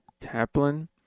Taplin